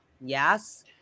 Yes